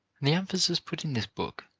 the emphasis put in this book,